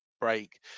break